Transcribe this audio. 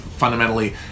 fundamentally